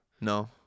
No